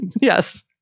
Yes